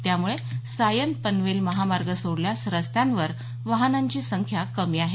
त्यामुळे सायन पनवेल महामार्ग सोडल्यास रस्त्यावर वाहनांची संख्या कमी आहे